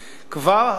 כבר היום